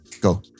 go